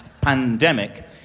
pandemic